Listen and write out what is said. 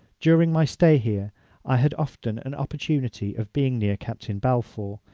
during my stay here i had often an opportunity of being near captain balfour,